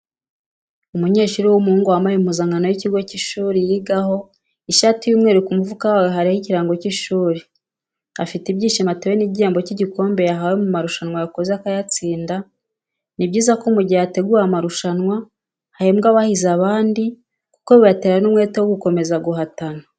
Umunyeshuri w'umuhungu wambaye impuzankano y'ikigo cy'ishuri yigaho ishati y'umweru ku mufuka wayo hariho ikirango cy'ishuri, afite ibyishimo atewe n'igihembo cy'igikombe yahawe mu marushanwa yakoze akayatsinda. Ni byiza ko mu gihe hateguwe amarusanwa hahembwa abahize abandi kuko bibatera n'umwete wo gukomeza guhatana.